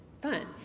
fun